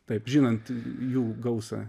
taip žinant jų gausą